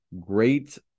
great